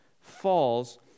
falls